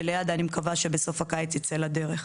וליד"ה, אני מקווה שבסוף הקיץ ייצא לדרך.